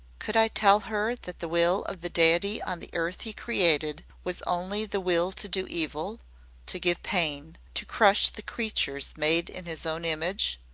could i tell her that the will of the deity on the earth he created was only the will to do evil to give pain to crush the creature made in his own image.